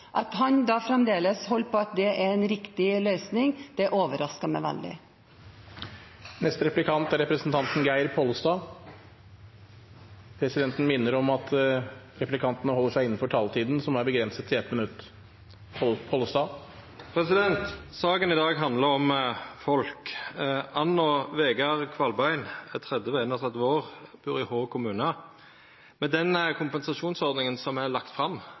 At han fremdeles holder på at det er en riktig løsning, overrasker meg veldig. Saka i dag handlar om folk. Ann og Wegard Qvalbein er 30 og 31 år og bur i Hå kommune. Med den kompensasjonsordninga som er lagd fram,